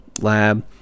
lab